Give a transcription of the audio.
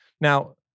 Now